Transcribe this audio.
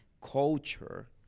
culture